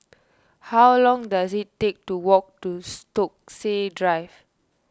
how long does it take to walk to Stokesay Drive